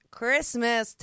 christmas